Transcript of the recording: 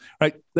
right